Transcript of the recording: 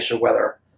weather